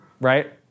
Right